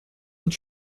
und